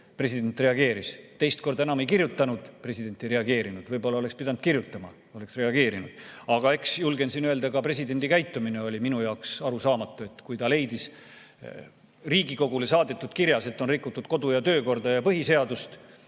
president reageeris, teist korda enam ei kirjutanud, president ei reageerinud. Võib-olla oleks pidanud kirjutama, oleks reageerinud. Aga julgen siin öelda, et ka presidendi käitumine oli minu jaoks arusaamatu, kui ta leidis Riigikogule saadetud kirjas, et on rikutud kodu‑ ja töökorda ja põhiseadust,